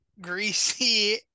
greasy